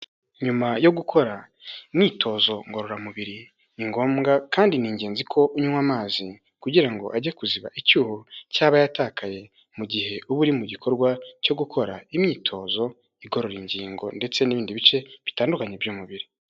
Nyuma yo gukora imyitozo ngororamubiri ni ngombwa kandi ni ingenzi ko unywa amazi, kugira ngo ajye kuziba icyuho cy'aba yatakaye mu gihe uba uri mu gikorwa cyo gukora imyitozo, igorora ingingo ndetse n'ibindi bice bitandukanye by'umubiri.